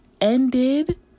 ended